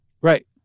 Right